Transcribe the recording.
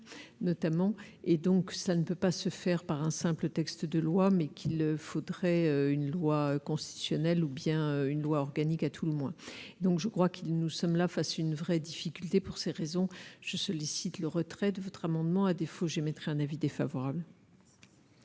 notamment et donc ça ne peut pas se faire par un simple texte de loi mais qu'il faudrait une loi constitutionnelle ou bien une loi organique à tout le moins, donc je crois qu'il nous sommes là face, une vraie difficulté pour ces raisons, je sollicite le retrait de votre amendement, à défaut, j'émettrai un avis défavorable.